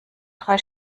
drei